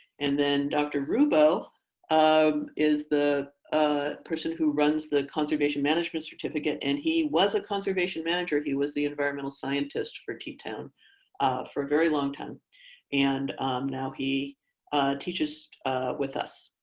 and then dr. rubbo um is is the ah person who runs the conservation management certificate and he was a conservation manager. he was the environmental scientist for teatown for a very long time and now he teaches with us.